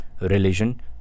religion